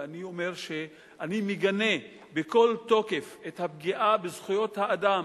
ואני אומר שאני מגנה בכל תוקף את הפגיעה בזכויות האדם,